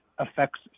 affects